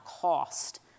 cost